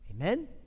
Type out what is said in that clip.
Amen